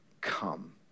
come